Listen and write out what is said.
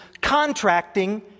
contracting